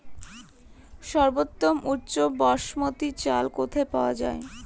সর্বোওম উচ্চ বাসমতী চাল কোথায় পওয়া যাবে?